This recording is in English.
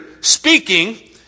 speaking